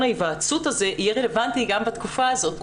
ההיוועצות הזה יהיה רלוונטי גם בתקופה הזאת,